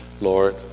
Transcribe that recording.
Lord